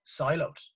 siloed